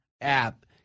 app